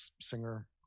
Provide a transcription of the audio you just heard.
singer